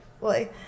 Boy